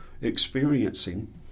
experiencing